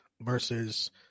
versus